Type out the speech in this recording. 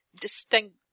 distinct